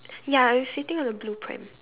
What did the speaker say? ya it's sitting on the blueprint